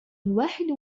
الواحد